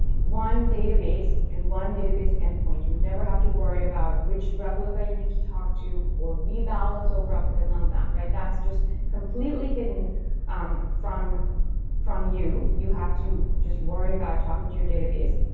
one database and one database endpoint. you never have to worry about which replica you need to talk to or rebalance all replica none of that. that's just completely hidden um from from you. you have to just worry about talking to your database.